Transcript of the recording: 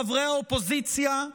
חברי האופוזיציה,